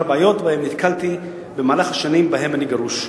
בעיות שבהן נתקלתי במהלך השנים שבהן אני גרוש,